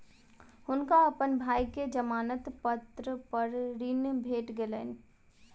हुनका अपन भाई के जमानत पत्र पर ऋण भेट गेलैन